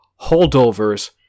holdovers